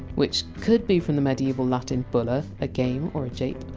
which could be from the medieval latin! bulla, a game or jape,